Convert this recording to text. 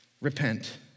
Repent